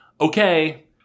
okay